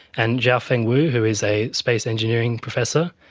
and xiaofeng wu who is a space engineering professor,